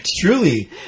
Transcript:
Truly